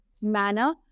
manner